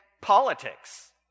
politics